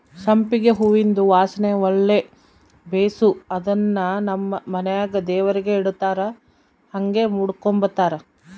ಸಂಪಿಗೆ ಹೂವಿಂದು ವಾಸನೆ ಒಳ್ಳೆ ಬೇಸು ಅದುನ್ನು ನಮ್ ಮನೆಗ ದೇವರಿಗೆ ಇಡತ್ತಾರ ಹಂಗೆ ಮುಡುಕಂಬತಾರ